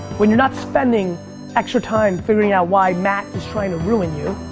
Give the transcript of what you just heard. when you're not spending extra time figuring out why matt is trying to ruin you.